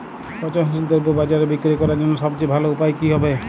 পচনশীল দ্রব্য বাজারে বিক্রয় করার জন্য সবচেয়ে ভালো উপায় কি হবে?